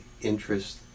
interest